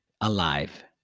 alive